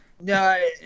No